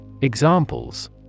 EXAMPLES